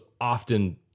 often